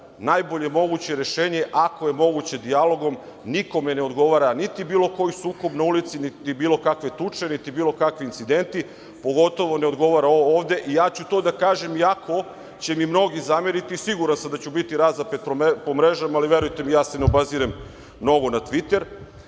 najbolje moguće rešenje, ako je moguće dijalogom. Nikome ne odgovara niti bilo koji sukob na ulici, niti bilo kakve tuče, niti bilo kakvi incidenti, pogotovo ne odgovara ovo ovde i ja ću to da kažem, iako će mi mnogi zameriti. Siguran sam da ću biti razapet po mrežama, ali verujte mi ja se ne obazirem mnogo na Tviter. Voleo